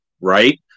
right